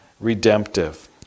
redemptive